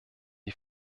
die